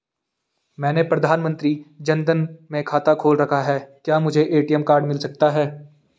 मैंने प्रधानमंत्री जन धन में खाता खोल रखा है क्या मुझे ए.टी.एम कार्ड मिल सकता है?